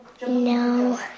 No